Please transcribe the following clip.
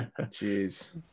Jeez